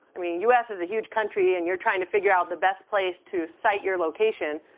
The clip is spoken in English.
i mean, us is a huge country and you're trying to figure out the best place to site your location,